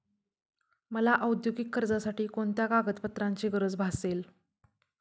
मला औद्योगिक कर्जासाठी कोणत्या कागदपत्रांची गरज भासेल?